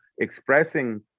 expressing